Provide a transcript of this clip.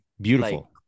Beautiful